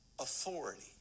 authority